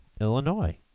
Illinois